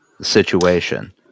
situation